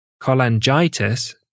cholangitis